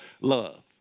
Love